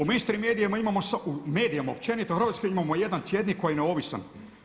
U mainstream medijima imamo, u medijima općenito u Hrvatskoj imamo jedan tjednik koji je neovisna.